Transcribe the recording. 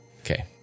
Okay